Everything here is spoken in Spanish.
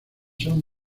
son